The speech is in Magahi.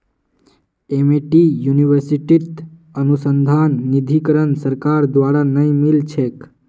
एमिटी यूनिवर्सिटीत अनुसंधान निधीकरण सरकार द्वारा नइ मिल छेक